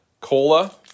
Cola